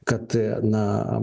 kad na